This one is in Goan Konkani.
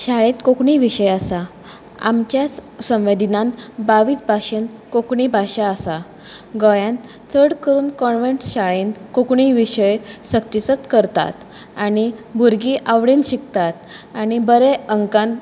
शाळेत कोंकणी विशय आसा आमच्या स संविदेनान बावीस भाशेन कोंकणी भाशा आसा गोंयान चड करून कॉनवंट शाळेन कोंकणी विशय सक्तीचोत करतात आनी भुरगीं आवडीन शिकतात आनी बरे अंकान